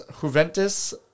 Juventus